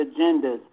agendas